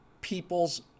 people's